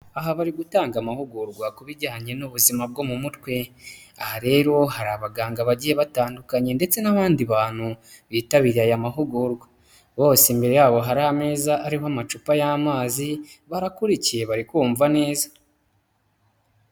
Aha bari gutanga amahugurwa ku bijyanye n'ubuzima bwo mu mutwe, aha rero hari abaganga bagiye batandukanye ndetse n'abandi bantu, bitabiriye aya mahugurwa, bose imbere yabo hari ameza ariho amacupa y'amazi, barakurikiye barikumva neza.